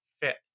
fit